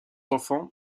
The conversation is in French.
enfant